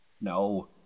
No